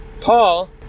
Paul